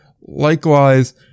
Likewise